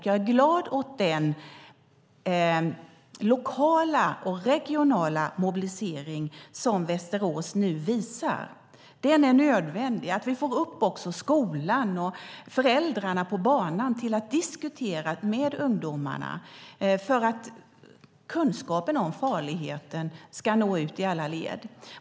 Jag är glad åt den lokala och regionala mobilisering som Västerås nu visar. Den är nödvändig så att vi också får upp skolan och föräldrarna på banan till att diskutera med ungdomarna för att kunskapen om farligheten ska nå ut i alla led.